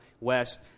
West